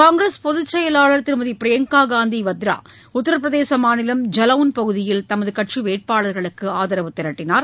காங்கிரஸ் பொதுச்செயலாளர் திருமதி பிரியங்கா காந்தி வத்ரா உத்திரபிரதேச மாநிலம் ஜலவுன் பகுதியில் தமது கட்சி வேட்பாளர்களுக்கு ஆதரவு திரட்டினார்